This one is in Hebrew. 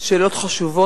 שאלות חשובות.